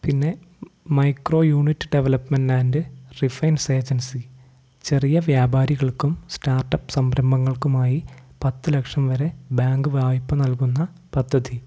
പിന്നെ micro unit development and refinance agency ചെറിയ വ്യാപാരികൾക്കും സ്റ്റാർട്ടപ്പ് സംരംഭങ്ങൾക്കുമായി പത്തു ലക്ഷം വരെ ബാങ്ക് വായ്പ നൽകുന്ന പദ്ധതി